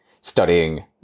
studying